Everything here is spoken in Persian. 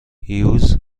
هیوز